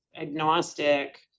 agnostic